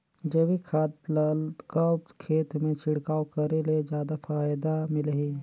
जैविक खाद ल कब खेत मे छिड़काव करे ले जादा फायदा मिलही?